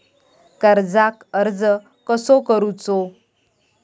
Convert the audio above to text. कर्जाक अर्ज कसो करूचो?